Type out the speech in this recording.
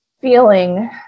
feeling